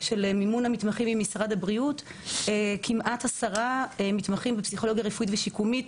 של מימון למתמחים כמעט עשרה מתמחים בפסיכולוגיה רפואית ושיקומית